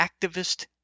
activist